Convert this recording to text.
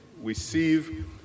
receive